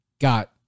got